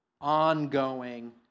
ongoing